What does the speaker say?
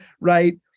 right